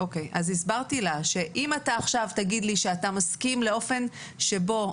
הסברתי לה שאם אתה עכשיו תגיד לי שאתה מסכים לאופן שבו